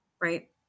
Right